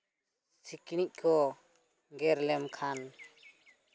ᱥᱤᱠᱲᱤᱡ ᱠᱚ ᱜᱮᱨ ᱞᱮᱢᱠᱷᱟᱱ